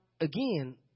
again